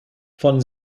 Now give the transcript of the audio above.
von